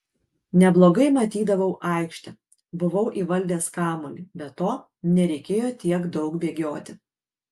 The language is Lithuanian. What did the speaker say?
neblogai matydavau aikštę buvau įvaldęs kamuolį be to nereikėjo tiek daug bėgioti